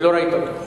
ולא ראית אותו.